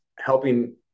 helping